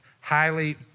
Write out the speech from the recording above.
highly